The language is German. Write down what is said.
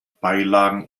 beilagen